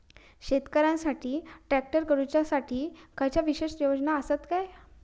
शेतकऱ्यांकसाठी ट्रॅक्टर खरेदी करुच्या साठी खयच्या विशेष योजना असात काय?